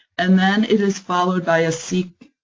and then it is followed by a seqid,